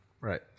Right